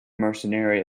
mercenary